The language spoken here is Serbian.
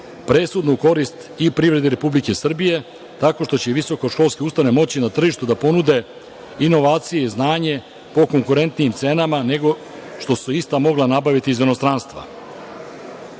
presudu u korist i privrede Republike Srbije, tako što će visokoškolske ustanove moći na tržištu da ponude inovacije i znanje po konkurentnijim cenama nego što su se ista mogla nabaviti iz inostranstva. Diplomu